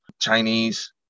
chinese